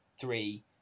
three